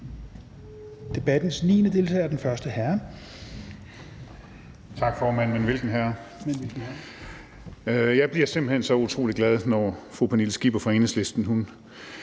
debattens niende deltager og den første herre.